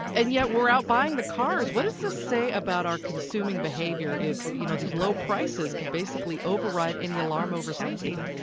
and yet we're out buying the cars. what does this say about our consuming behavior if, you know, these low prices can basically override any alarm over safety?